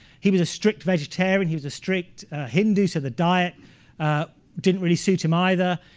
he was a strict vegetarian, he was a strict hindu, so the diet didn't really suit him either.